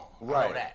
Right